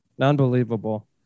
Unbelievable